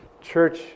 church